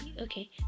Okay